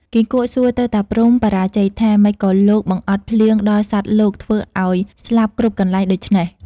គីង្គក់សួរទៅតាព្រហ្មបរាជ័យថា “ ម៉េចក៏លោកបង្អត់ភ្លៀងដល់សត្វលោក ធ្វើ ឱ្យស្លាប់គ្រប់កន្លែងដូច្នេះ?។